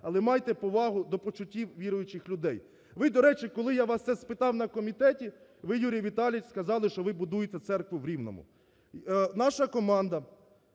але майте повагу до почуттів віруючих людей. Ви, до речі, коли я вас це спитав на комітеті, ви, Юрій Віталійович, сказали, що ви будуєте церкву в Рівному. Наша команда